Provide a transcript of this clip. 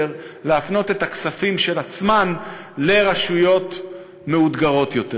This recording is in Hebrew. להפנות את הכספים של עצמן לרשויות מאותגרות יותר.